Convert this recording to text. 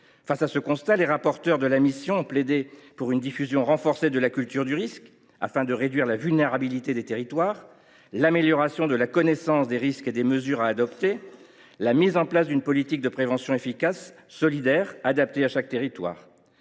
Face à ce constat, les rapporteurs de la mission d’information ont plaidé pour une diffusion renforcée de la culture du risque afin de réduire la vulnérabilité des territoires, d’améliorer la connaissance des risques et des mesures à adopter, et de mettre en place une politique de prévention efficace, solidaire, adaptée à chaque territoire.